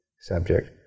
subject